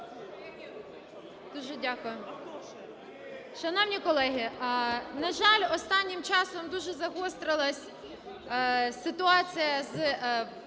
Дуже дякую. Шановні колеги, на жаль, останнім часом дуже загострилася ситуація з